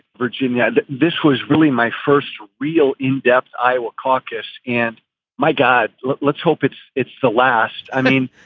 virginia. this was really my first real in-depth iowa caucus. and my god, let's hope it's it's the last. i mean,